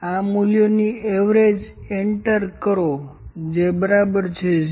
આ મૂલ્યોની average enter કરો જે બરાબર છે 0